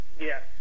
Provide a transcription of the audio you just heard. Yes